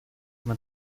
mein